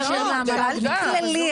שאלת כללי,